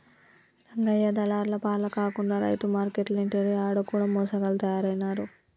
రంగయ్య దళార్ల పాల కాకుండా రైతు మార్కేట్లంటిరి ఆడ కూడ మోసగాళ్ల తయారైనారు